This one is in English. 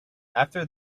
after